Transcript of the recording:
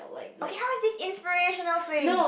okay how is this inspirational sing